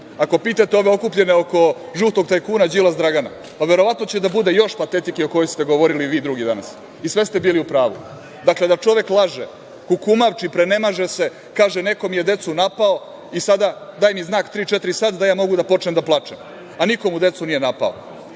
ako pitate ove okupljene oko žutog tajkuna Đilas Dragana, pa, verovatno će da bude još patetike o kojoj ste govorili vi i drugi danas i sve ste bili u pravu. Dakle, da čovek laže, kukumavči, prenemaže se, kaže – neko mi je decu napao, i sada daj mi znak tri-četiri-sad da ja mogu da počnem da plačem, a niko mu decu nije napao. Taj